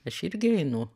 aš irgi einu